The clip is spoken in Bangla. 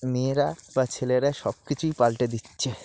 মেয়েরা বা ছেলেরা সব কিছুই পাল্টে দিচ্ছে